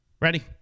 Ready